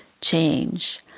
change